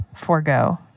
Forego